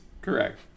Correct